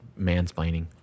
mansplaining